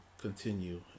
continue